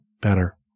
better